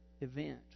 event